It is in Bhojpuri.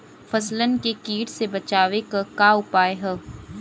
फसलन के कीट से बचावे क का उपाय है?